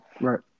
Right